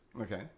Okay